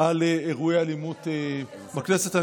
על אירועי אלימות בכנסת.